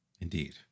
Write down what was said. indeed